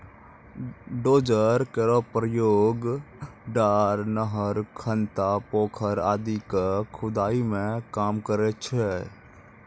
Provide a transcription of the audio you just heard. dozer केरो प्रयोग डार, नहर, खनता, पोखर आदि क खुदाई मे काम करै छै